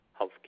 healthcare